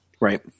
right